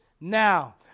now